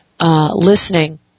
listening